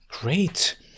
Great